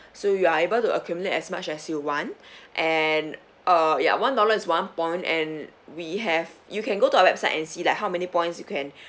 so you are able to accumulate as much as you want and uh ya one dollar is one point and we have you can go to our website and see like how many points you can